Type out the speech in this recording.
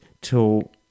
till